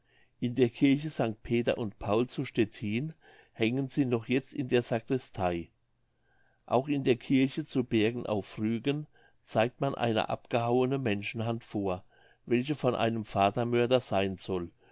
in der kirche st peter und paul zu stettin hängen sie noch jetzt in der sacristei auch in der kirche zu bergen auf rügen zeigt man eine abgehauene menschenhand vor welche von einem vatermörder seyn soll